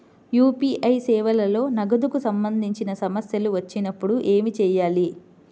UPI సేవలలో నగదుకు సంబంధించిన సమస్యలు వచ్చినప్పుడు ఏమి చేయాలి?